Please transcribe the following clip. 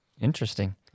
Interesting